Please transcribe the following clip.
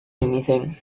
anything